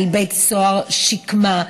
על בית סוהר שקמה,